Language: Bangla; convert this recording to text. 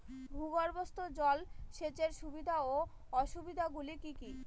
ভূগর্ভস্থ জল সেচের সুবিধা ও অসুবিধা গুলি কি কি?